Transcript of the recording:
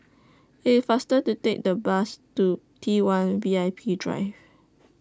IT IS faster to Take The Bus to T one V I P Drive